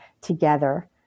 together